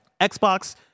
Xbox